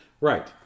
Right